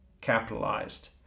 capitalized